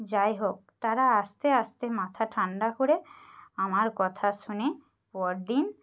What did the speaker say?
যাই হোক তারা আস্তে আস্তে মাথা ঠান্ডা করে আমার কথা শুনে পর দিন